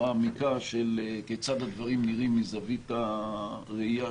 מעמיקה של כיצד הדברים נראים מזווית הראייה